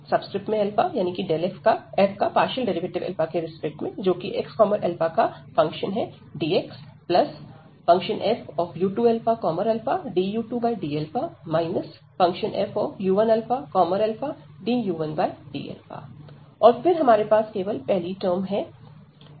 ddu1u2fxαdxfu2ααdu2dα fu1ααdu1dα और फिर हमारे पास केवल पहली टर्म है